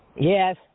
Yes